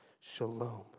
Shalom